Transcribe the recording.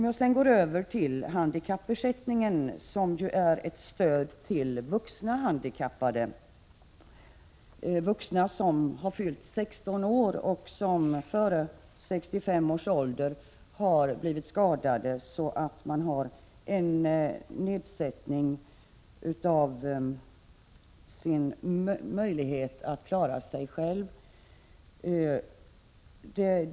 Jag går nu över till handikappersättningen, som ju är ett stöd till vuxna handikappade som fyllt 16 år och som före 65 års ålder har blivit skadade så att möjligheten att klara sig själva blivit nedsatt.